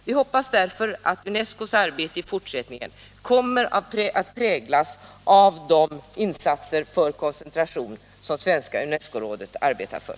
Vi hoppas därför att UNESCO:s arbete i fortsättningen kommer att präglas av de insatser för koncentration som det svenska UNESCO-rådet arbetar för.